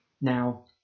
Now